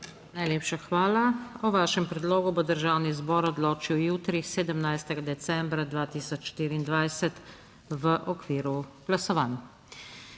Hvala lepa. O vašem predlogu bo državni zbor odločil jutri, 17. decembra 2024, v okviru glasovanj.